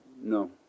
no